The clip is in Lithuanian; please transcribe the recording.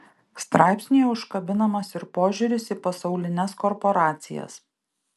straipsnyje užkabinamas ir požiūris į pasaulines korporacijas